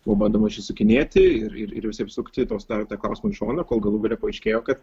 o bandoma išsisukinėti ir ir ir visaip sukti tos tą tą klausimą į šoną kol galų gale paaiškėjo kad